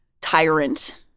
tyrant